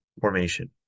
formation